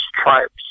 tribes